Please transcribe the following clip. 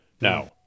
Now